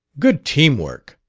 good teamwork!